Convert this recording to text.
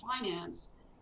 finance